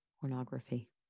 pornography